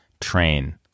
train